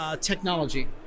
Technology